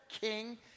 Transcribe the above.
king